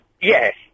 Yes